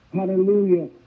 Hallelujah